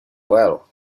well